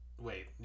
Wait